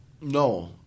No